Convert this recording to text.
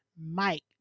Mike